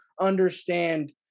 understand